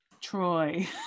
Troy